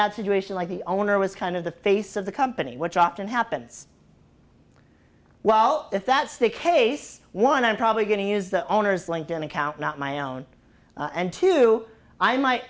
that situation like the owner was kind of the face of the company which often happens well if that's the case one i'm probably going to use the owner's linked in account not my own and two i might